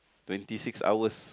twenty six hours